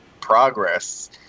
progress